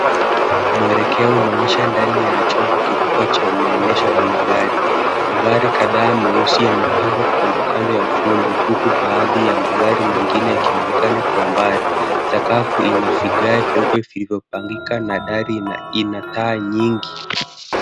Mwelekeo unaonyesha ndani ya chumba kikubwa cha maonyesho ya magari. Magari kadhaa meusi yamepangwa kando kando ya ukumbi huku baadhi ya magari mengine yakionekana kwa mbali. Sakafu ina vigae vyeupe vilivyopangika na dari ina taa nyingi.